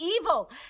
evil